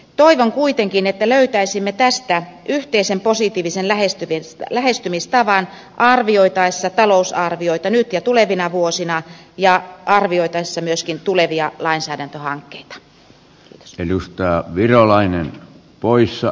toivon kuitenkin että löytäisimme tästä yhteisen positiivisen lähestymistavan arvioitaessa talousarvioita nyt ja tulevina vuosina ja arvioitaessa myöskin tulevia lainsäädäntöhankkeita